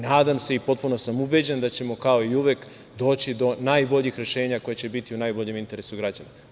Nadam se i potpuno sam ubeđen da ćemo kao i uvek doći do najboljih rešenja koja će biti u najboljem interesu građana.